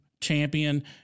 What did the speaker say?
champion